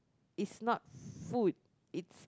is not food it's